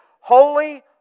Holy